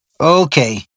Okay